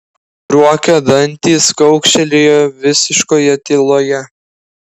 ruokio dantys kaukštelėjo visiškoje tyloje